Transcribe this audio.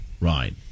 right